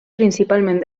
principalment